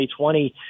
2020